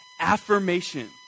Affirmation